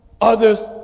others